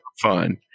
fun